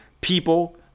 people